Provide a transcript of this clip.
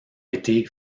été